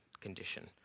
condition